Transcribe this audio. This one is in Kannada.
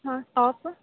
ಹಾಂ ಟಾಪ್